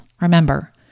Remember